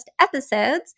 episodes